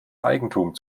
eigentum